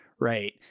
Right